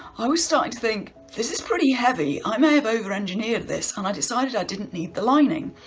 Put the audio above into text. i was starting to think this is pretty heavy, i may have over engineered this. and i decided i didn't need the lining.